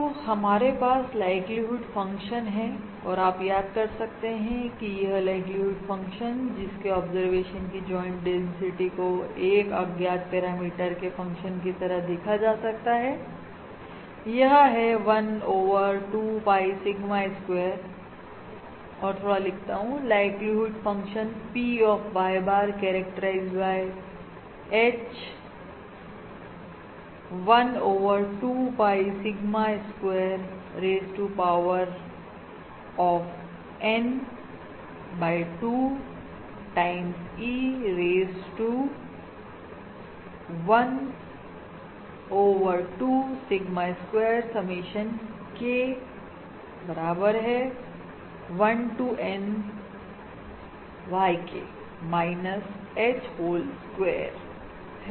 तो हमारे पास लाइक्लीहुड फंक्शन है और और आप याद कर सकते हैं कि यह लाइक्लीहुड फंक्शन जिसके ऑब्जरवेशन की जॉइन डेंसिटी को एक अज्ञात पैरामीटर के फंक्शन की तरह देखा जा सकता है यह है 1 over 2 pie Sigma squareऔर थोड़ा सा लिखता हूं लाइक्लीहुड फंक्शन P of Y bar characterized by H 1 over 2 pi sigma square raise to power ऑफf N by 2 times E race to 1 over 2 sigma square summation K बराबर है11 to N YK minus H whole square है